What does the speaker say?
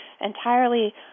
entirely